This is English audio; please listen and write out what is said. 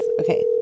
Okay